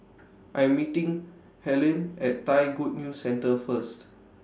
I'm meeting Helyn At Thai Good News Centre First